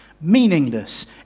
meaningless